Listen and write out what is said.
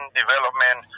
development